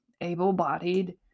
able-bodied